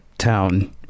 Town